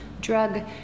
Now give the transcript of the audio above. drug